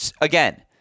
Again